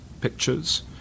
pictures